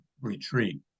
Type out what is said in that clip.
retreat